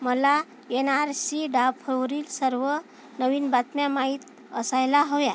मला N R C डाफंवरील सर्व नवीन बातम्या माहित असायला हव्या